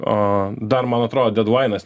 o dar man atrodo dedlainas